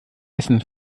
essen